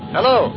Hello